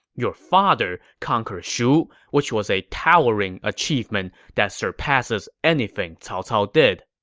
your father conquered shu, which was a towering achievement that surpasses anything cao cao did.